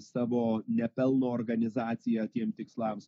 savo nepelno organizaciją tiem tikslams